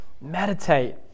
meditate